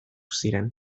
ziren